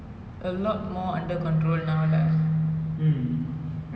lead to a better future in the coming years in uh twenty twenty one